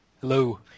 Hello